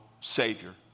Savior